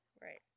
Right